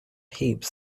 heaps